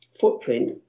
footprint